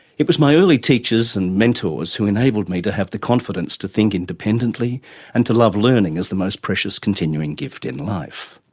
it was my early teachers and mentors who enabled me to have the confidence to think independently and to love learning as the most precious continuing gift in life.